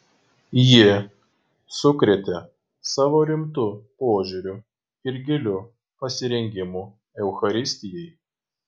ji sukrėtė savo rimtu požiūriu ir giliu pasirengimu eucharistijai